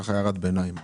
ככה הערת ביניים.